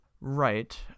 right